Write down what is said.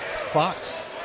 Fox